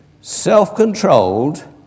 self-controlled